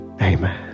amen